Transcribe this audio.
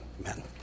Amen